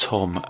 Tom